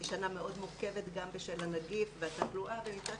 זו שנה מאוד מורכבת גםב של הנגיף והתחלואה ומצד